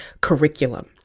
curriculum